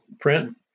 print